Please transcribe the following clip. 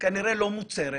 כנראה לא מוצהרת,